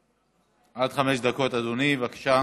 עד חמש דקות, אדוני, בבקשה.